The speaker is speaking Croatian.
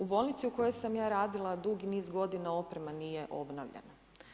U bolnici u kojoj sam ja radila dugi niz godina oprema nije obnavljana.